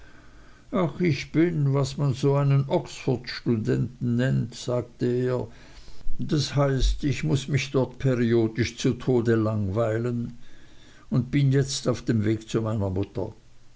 ach ich bin was man so einen oxford studenten nennt erwiderte er das heißt ich muß mich dort periodisch zu tode langweilen und bin jetzt auf dem weg zu meiner mutter